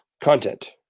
content